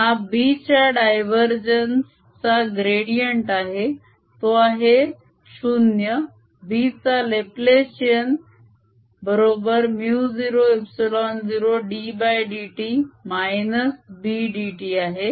हा B च्या divergence चा ग्रेडीएंट आहे तो आहे 0 B चा लेप्लेसिअन बरोबर μ0ε0 ddt -Bdt आहे